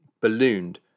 ballooned